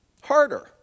harder